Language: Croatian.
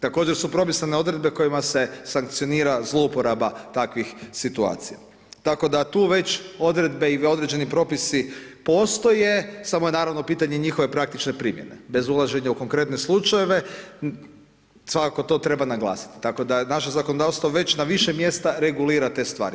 Također su propisane odredbe kojim se sankcionira zlouporaba takvih situacija, tako da tu već odredbe i određeni propisi postoje, samo je naravno pitanje njihove praktičke primjene, bez ulaženje u konkretne slučajeve, svakako to treba naglasiti, tako da naše zakonodavstvo, već na više mjesta regulira te stvari.